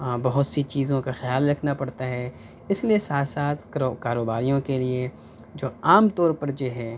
بہت سی چیزوں کا خیال رکھنا پڑتا ہے اس لیے ساتھ ساتھ کرو کاروباریوں کے لیے جو عام طور پر جو ہے